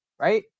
right